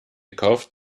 kauft